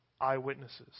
eyewitnesses